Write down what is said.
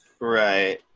right